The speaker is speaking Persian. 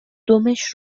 دمش